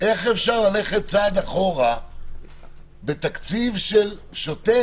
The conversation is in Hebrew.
איך אפשר ללכת צעד אחורה בתקציב שוטף?